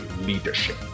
leadership